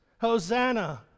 Hosanna